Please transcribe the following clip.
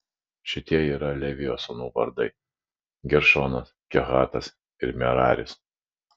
šitie yra levio sūnų vardai geršonas kehatas ir meraris